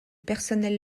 personnel